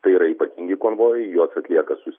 tai yra ypatingi konvojai juos atlieka sus